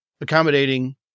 accommodating